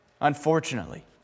Unfortunately